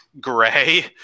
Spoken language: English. gray